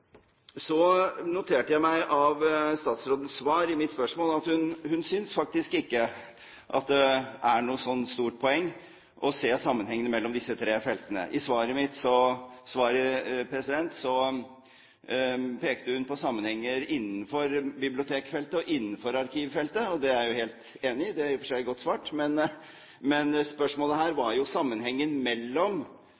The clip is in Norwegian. Så noterte jeg meg av statsrådens svar på mitt spørsmål at hun faktisk ikke synes det er noe stort poeng å se sammenhengene mellom disse tre feltene. I svaret pekte hun på sammenhenger innenfor bibliotekfeltet og innenfor arkivfeltet. Det er jeg helt enig i – det er i og for seg godt svart – men spørsmålet her